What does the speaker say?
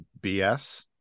BS